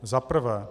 Za prvé.